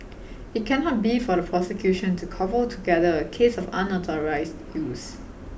it cannot be for the prosecution to cobble together a case of unauthorised use